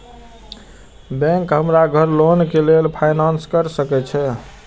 Bank हमरा घर loan के लेल फाईनांस कर सके छे?